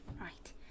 Right